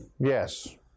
Yes